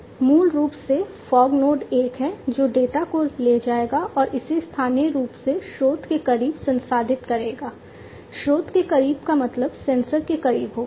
मूल रूप से फॉग नोड एक है जो डेटा को ले जाएगा और इसे स्थानीय रूप से स्रोत के करीब संसाधित करेगा स्रोत के करीब का मतलब सेंसर के करीब होगा